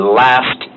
last